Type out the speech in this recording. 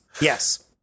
yes